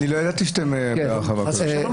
לא ידעתי שאתם בהרחבה כזאת.